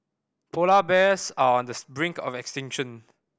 polar bears are on the brink of extinction